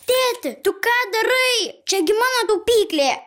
tėti tu ką darai čiagi mano taupyklė